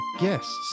guests